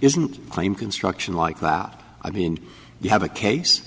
isn't claim construction like that out i mean you have a case